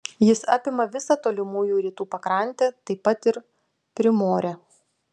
jis apima visą tolimųjų rytų pakrantę taip pat ir primorę